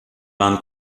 waren